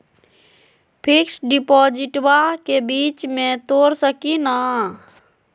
Fix डिपोजिटबा के बीच में तोड़ सकी ना?